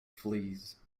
fleas